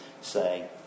say